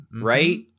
right